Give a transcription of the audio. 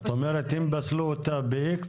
את אומרת שאם פסלו אותה ב-X,